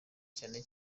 cyane